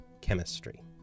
chemistry